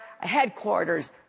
headquarters